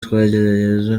twagirayezu